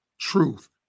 truth